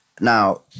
Now